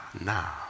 now